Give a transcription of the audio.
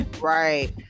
right